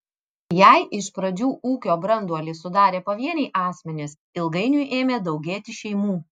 jei iš pradžių ūkio branduolį sudarė pavieniai asmenys ilgainiui ėmė daugėti šeimų